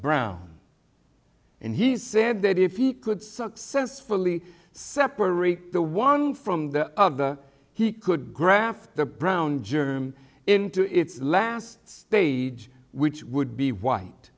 brown and he said that if he could successfully separate the one from the other he could graft the brown germ into its last stage which would be white